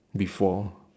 before